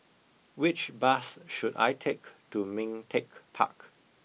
which bus should I take to Ming Teck Park